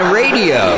radio